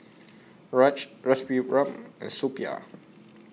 Raj Rasipuram and Suppiah